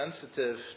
sensitive